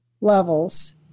levels